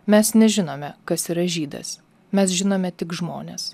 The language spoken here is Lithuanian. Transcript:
mes nežinome kas yra žydas mes žinome tik žmonės